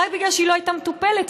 רק בגלל שהיא לא הייתה מטופלת,